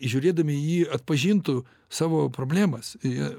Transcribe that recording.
žiūrėdami į jį atpažintų savo problemas jie